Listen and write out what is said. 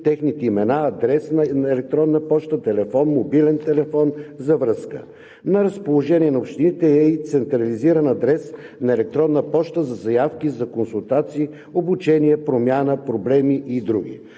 техните имена, адрес на електронна поща, телефон, мобилен телефон за връзка. На разположение на общините е и централизиран адрес на електронна поща за заявки за консултации, обучения, промяна, проблеми и други.